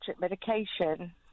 medication